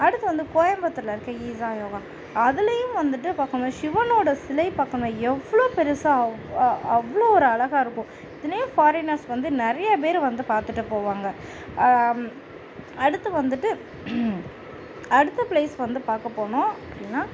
அடுத்து வந்து கோயம்பத்தூரில் இருக்க ஈஷா யோகா அதிலையும் வந்துட்டு பார்க்கும் போது சிவனோட சிலை பார்க்கணும் எவ்வளோ பெருசாக அவ் அ அவ்வளோ ஒரு அழகாக இருக்கும் இதிலியும் ஃபாரினர்ஸ் வந்து நிறைய பேர் வந்து பார்த்துட்டு போவாங்க அடுத்து வந்துட்டு அடுத்து ப்ளேஸ் வந்து பார்க்கபோனோம் அப்படின்னா